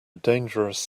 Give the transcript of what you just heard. dangerous